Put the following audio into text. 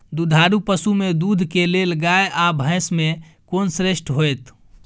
दुधारू पसु में दूध के लेल गाय आ भैंस में कोन श्रेष्ठ होयत?